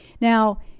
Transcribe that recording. Now